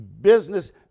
business